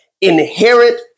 inherent